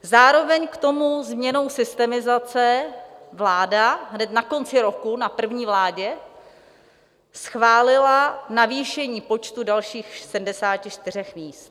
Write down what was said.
Zároveň k tomu změnou systemizace vláda hned na konci roku, na první vládě, schválila navýšení počtu dalších 74 míst.